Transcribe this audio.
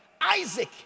Isaac